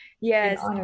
Yes